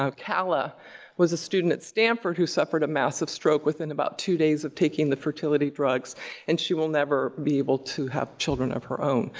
um calla was a student at stanford who suffered a massive stroke within about two days of taking the fertility drugs and she will never be able to have children of her own.